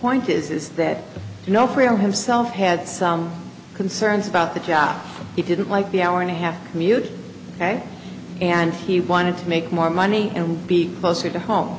point is that you know freedom himself had some concerns about the job he didn't like the hour and a half commute and he wanted to make more money and be closer to home